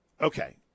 Okay